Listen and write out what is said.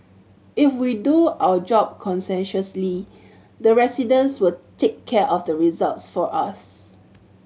if we do our job conscientiously the residents will take care of the results for us